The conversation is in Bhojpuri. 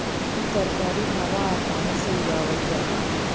इ तरकारी हवा आ पानी से उगावल जाला